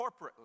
corporately